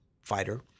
fighter